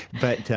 but,